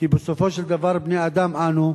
כי בסופו של דבר בני-אדם אנו,